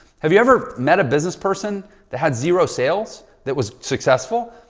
have you ever met a business person that had zero sales that was successful?